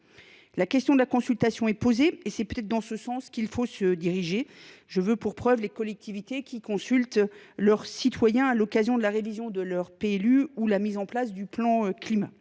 La question de la consultation est posée. C’est peut être dans ce sens qu’il faut se diriger. J’en veux pour preuve les collectivités qui consultent leurs citoyens à l’occasion de la révision de leur PLU ou de la mise en place du plan climat.